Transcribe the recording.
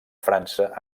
frança